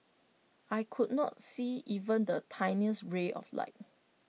I could not see even the tiniest ray of light